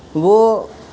وہ